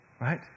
right